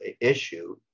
issue